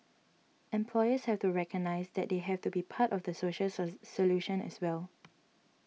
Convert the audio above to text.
employers have to recognise that they have to be part of the social solution as well